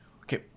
Okay